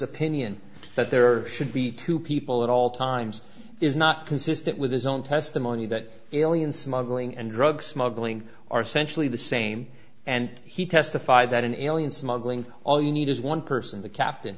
opinion that there should be two people at all times is not consistent with his own testimony that alien smuggling and drug smuggling are sensually the same and he testified that an alien smuggling all you need is one person the captain